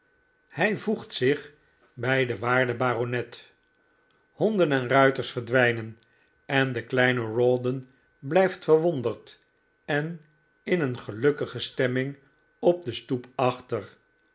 hij voegt zich bij den waarden baronet honden en ruiters verdwijnen en de kleine rawdon blijft verwonderd en in een gelukkige stemming op de stoep achter